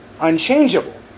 unchangeable